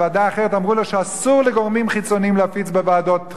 בוועדה אחרת אמרו לו שאסור לגורמים חיצוניים להפיץ בוועדות חומר,